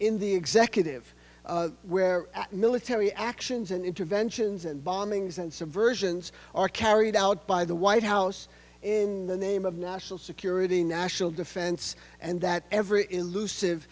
in the executive where military actions and interventions and bombings and some versions are carried out by the white house in the name of national security national defense and that every elusive